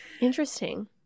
Interesting